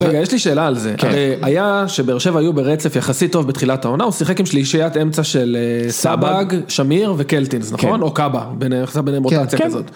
רגע, יש לי שאלה על זה, היה שבאר-שבע היו ברצף יחסית טוב בתחילת העונה, הוא שיחק עם שלישיית אמצע של סבג, שמיר וקלטינס, נכון? או קאבה, עשה ביניהם רוטציה כזאת.